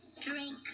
drink